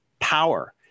power